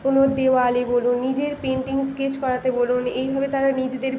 কোনো দেওয়ালে বলুন নিজের পেন্টিং স্কেচ করাতে বলুন এইভাবে তারা নিজেদের